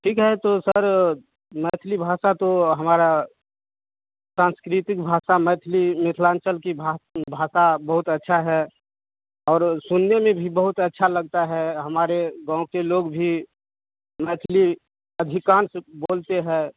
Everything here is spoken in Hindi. ठीक है तो सर मैथिली भाषा तो हमारा सांस्कृतिक भाषा मैथिली मिथिलांचल की भा भाषा बहुत अच्छा है और सुनने में भी बहुत अच्छा लगता है हमारे गाँव के लोग भी मैथिली अधिकांश बोलते हैं